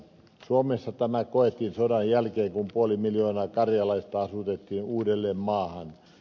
suomessa tämä koettiin sodan jälkeen kun puoli miljoonaa karjalaista asutettiin uudelleen maahan